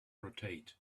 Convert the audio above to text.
rotate